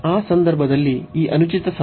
ಆ ಸಂದರ್ಭದಲ್ಲಿ ಈ ಅನುಚಿತ ಸಮಗ್ರ